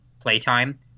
playtime